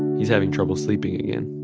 he's having trouble sleeping again.